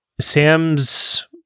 Sam's